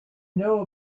know